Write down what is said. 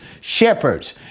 shepherds